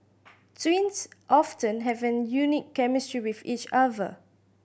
twins often have a unique chemistry with each other